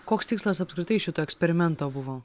koks tikslas apskritai šito eksperimento buvo